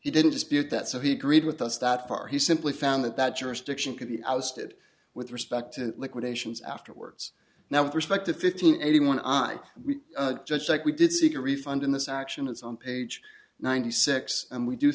he didn't dispute that so he agreed with us that far he simply found that that jurisdiction could be ousted with respect to liquidations afterwards now with respect to fifteen eighty one i we just like we did seek a refund in this action it's on page ninety six and we do